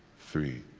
three,